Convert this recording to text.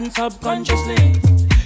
Subconsciously